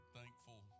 thankful